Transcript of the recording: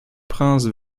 princes